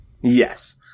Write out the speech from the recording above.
Yes